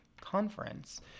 conference